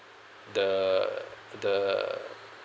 the the